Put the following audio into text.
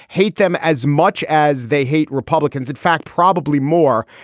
hate them as much as they hate republicans, in fact, probably more.